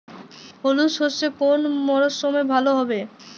হলুদ সর্ষে কোন মরশুমে ভালো হবে?